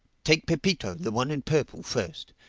take pepito, the one in purple first.